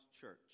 church